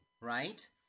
right